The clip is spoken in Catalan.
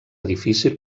difícil